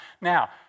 Now